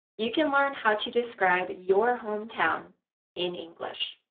you can learn how to describe your hometown in english.